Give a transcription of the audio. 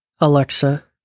Alexa